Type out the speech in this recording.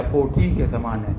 या पोर्ट 3 के समान है